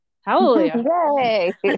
hallelujah